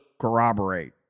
corroborate